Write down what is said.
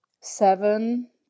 seven